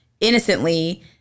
innocently